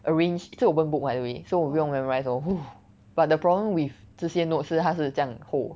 arrange 是 open book by the way so 我不用 memorise lor but the problem with 这些 notes 是它是这样厚